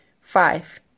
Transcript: Five